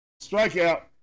Strikeout